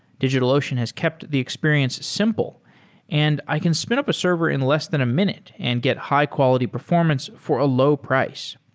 digitalocean has kept the experience simple and i can spin up a server in less than a minute and get high quality performance for a low price.